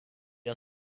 are